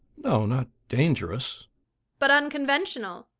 no not dangerous but unconventional?